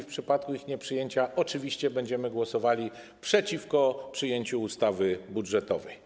W przypadku ich nieprzyjęcia będziemy głosowali przeciwko przyjęciu ustawy budżetowej.